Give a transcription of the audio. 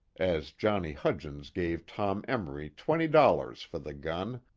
as johnny hudgens gave tom emory twenty dollars for the gun,